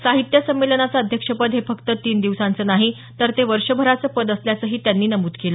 साहित्य सम्मेलनाचं अध्यक्षपद हे फक्त तीन दिवसांचं नाही तर वर्षभराचं पद असल्याचंही त्यांनी नमूद केलं